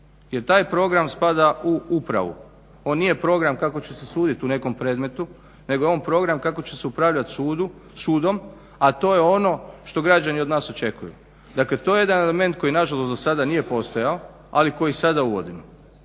Jer taj program spada u upravu. On nije program kako će se suditi u nekom predmetu nego je on program kako će se upravljati sudom, a to je ono što građani od nas očekuju. Dakle, to je jedan element koji nažalost dosada nije postojao ali koji sada uvodimo.